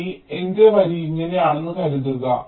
ഇനി എന്റെ വരി ഇങ്ങനെയാണെന്ന് കരുതുക